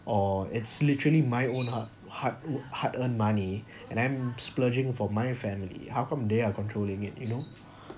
or it's literally my own hard hard hard earn money and I'm splurging for my family how come they are controlling it you know